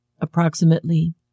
approximately